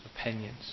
opinions